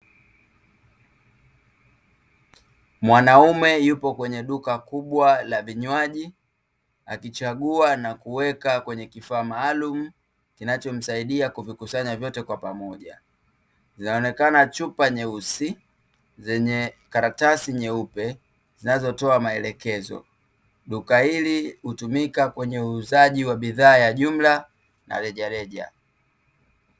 Mwanaume yupo kwenye duka kubwa la vinywaji, akichagua na kuweka kwenye kifaa maalumu, kinachomsaidia kuvikusanya vyote kwa pamoja. Zinaonekana chupa nyeusi, zenye karatasi nyeupe, zinazotoa maelekezo. Duka hili hutumika kwenye uuzaji wa bidhaa ya jumla na rejareja.